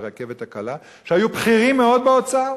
ברכבת הקלה, שהיו בכירים מאוד באוצר.